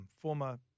former